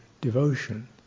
devotion